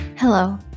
Hello